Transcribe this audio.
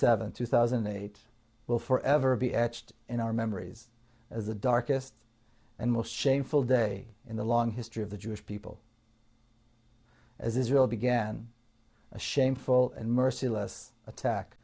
seventh two thousand and eight will forever be etched in our memories as the darkest and most shameful day in the long history of the jewish people as israel began a shameful and merciless attack